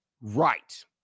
Right